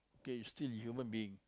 okay you still a human being